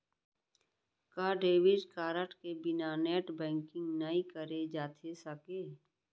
का debit card के बिना नेट बैंकिंग नई करे जाथे सके?